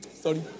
Sorry